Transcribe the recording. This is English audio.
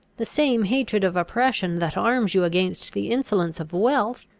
the same hatred of oppression, that arms you against the insolence of wealth,